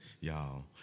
y'all